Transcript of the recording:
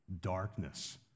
darkness